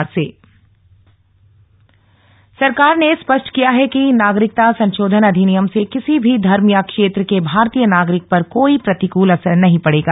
नागरिकता संशोधन अधिनियम सरकार ने स्पष्ट किया है कि नागरिकता संशोधन अधिनियम से किसी भी धर्म या क्षेत्र के भारतीय नागरिक पर कोई प्रतिकृल असर नहीं पड़ेगा